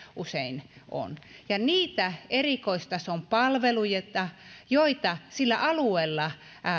usein on ja niitä erikoistason palveluita joita sillä alueella